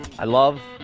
i love.